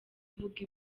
uvuga